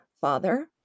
father